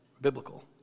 biblical